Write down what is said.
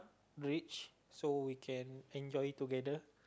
rich so we can enjoy together